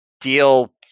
deal